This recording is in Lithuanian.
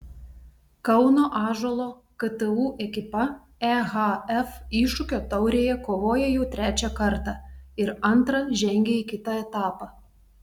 kauno ąžuolo ktu ekipa ehf iššūkio taurėje kovoja jau trečią kartą ir antrą žengė į kitą etapą